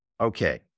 okay